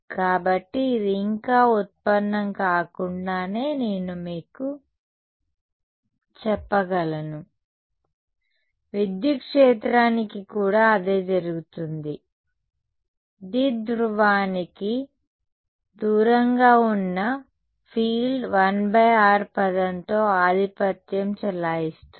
కాబట్టి ఇది ఇంకా ఉత్పన్నం కాకుండానే నేను మీకు చెప్పగలను విద్యుత్ క్షేత్రానికి కూడా అదే జరుగుతుంది ద్విధ్రువానికి దూరంగా ఉన్న ఫీల్డ్ 1r పదంతో ఆధిపత్యం చెలాయిస్తుంది